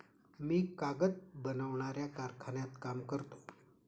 मी कागद बनवणाऱ्या कारखान्यात काम करतो